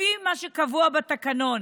לפי מה שקבוע בתקנון.